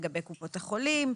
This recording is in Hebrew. לגבי קופות החולים,